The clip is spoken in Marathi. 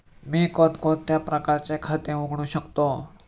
मी कोणकोणत्या प्रकारचे खाते उघडू शकतो?